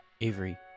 Avery